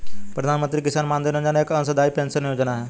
प्रधानमंत्री किसान मानधन योजना एक अंशदाई पेंशन योजना है